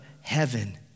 heaven